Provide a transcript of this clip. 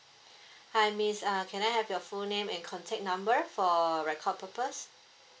hi miss uh can I have your full name and contact number for record purpose